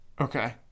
Okay